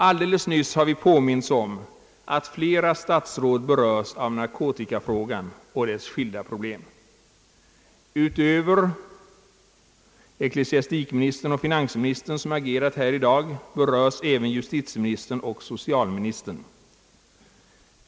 Alldeles nyss har vi påmints om ati flera statsråd har att ta befattning med narkotikafrågan i dess skilda aspekter. Utöver ecklesiastikministern och finansministern, som agerat här i dag, berörs även justitieministern och socialministern.